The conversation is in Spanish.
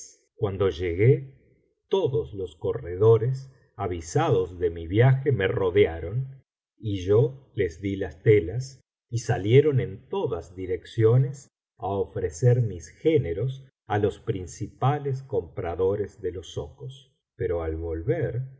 cuando llegué todos los corredores avisados de mi viaje me rodearon y yo les di las telas y salieron en todas direcciones á ofrecer mis géneros á los principales compradores de los zocos pero al volver